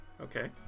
Okay